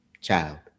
child